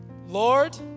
Lord